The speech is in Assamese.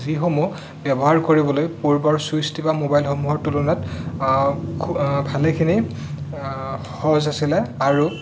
যিসমূহ ব্যৱহাৰ কৰিবলৈ পূৰ্বৰ চুইচ টিপা মোবাইলসমূহৰ তুলনাত খুব ভালেখিনি সহজ আছিলে আৰু